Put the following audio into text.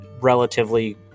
relatively